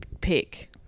pick